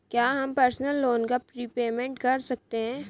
क्या हम personal loan का प्रीपेमेंट कर सकते हैं?